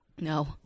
No